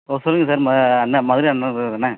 ஓ சொல்லுங்கள் சார் ம அண்ணா மதுரை அண்ணா நகர் தானே